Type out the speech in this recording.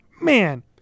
man